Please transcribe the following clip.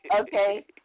Okay